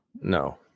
no